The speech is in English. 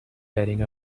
heading